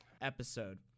episode